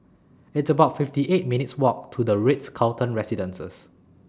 It's about fifty eight minutes' Walk to The Ritz Carlton Residences